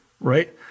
right